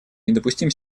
недопустим